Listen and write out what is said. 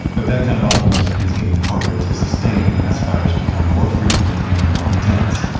but that kind of optimism is getting harder to sustain as fires become more frequent and more intense,